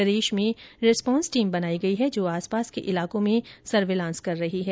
प्रदेश में response team बनाई गई है जो आस पास के इलाकों में सर्विलांस कर रही है